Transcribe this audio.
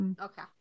Okay